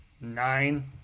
nine